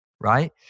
right